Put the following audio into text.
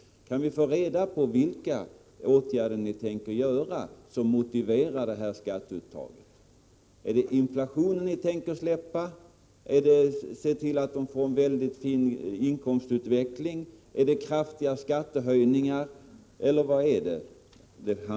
Kan vi få reda på vilka åtgärder ni tänker vidta, som motiverar det här skatteuttaget! Tänker ni släppa inflationsmålet, tänker ni se till att småföretagarna får en mycket fin inkomstutveckling, skall ni genomföra kraftiga skattehöjningar — eller vad handlar det om?